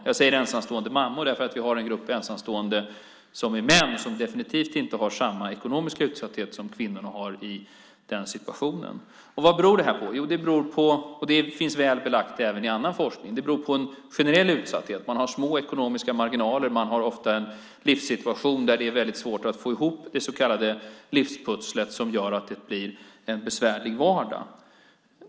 Jag säger ensamstående mammor därför att vi har en grupp ensamstående som är män som definitivt inte har samma ekonomiska utsatthet som kvinnorna har i den situationen. Vad beror detta på? Det finns väl belagt i annan forskning. Det beror på generell utsatthet. Man har små ekonomiska marginaler och ofta en livssituation där det är väldigt svårt att få ihop det så kallade livspusslet som gör att det blir en bevärlig vardag.